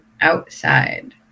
outside